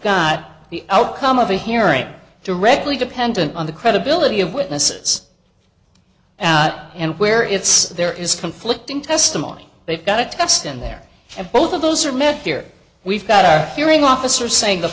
got the outcome of a hearing directly dependent on the credibility of witnesses and where it's there is conflicting testimony they've got a test in there and both of those are met here we've got our hearing officer saying the